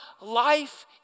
life